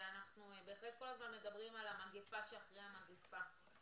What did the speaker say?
אנחנו מדברים כל הזמן על המגפה שאחרי המגפה,